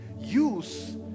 use